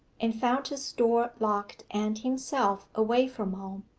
and found his door locked and himself away from home.